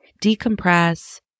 decompress